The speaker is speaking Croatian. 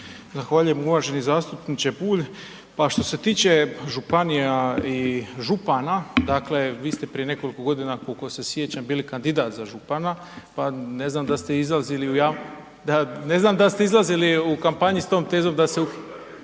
Zahvaljujem uvaženi zastupniče Bulj. Pa što se tiče županija i župana dakle vi ste prije nekoliko godina koliko se sjećam bili kandidat za župana pa ne znam da li ste izlazili u kampanji s tom tezom da se ukine